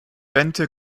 bente